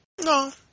No